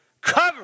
Cover